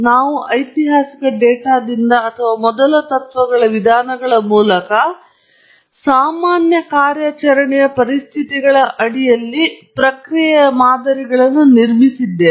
ನಾವು ಐತಿಹಾಸಿಕ ಡೇಟಾದಿಂದ ಅಥವಾ ಮೊದಲ ತತ್ವಗಳ ವಿಧಾನಗಳ ಮೂಲಕ ಸಾಮಾನ್ಯ ಕಾರ್ಯಾಚರಣೆಯ ಪರಿಸ್ಥಿತಿಗಳ ಅಡಿಯಲ್ಲಿ ಪ್ರಕ್ರಿಯೆಯ ಮಾದರಿಗಳನ್ನು ನಿರ್ಮಿಸಿದ್ದೇವೆ